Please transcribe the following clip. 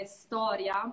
storia